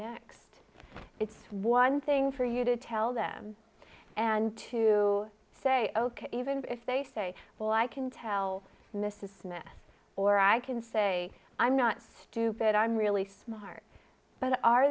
next it's one thing for you to tell them and to say ok even if they say well i can tell mrs smith or i can say i'm not stupid i'm really smart